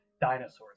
dinosaurs